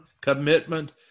commitment